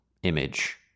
image